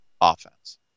offense